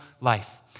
life